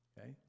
okay